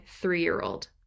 three-year-old